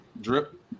Drip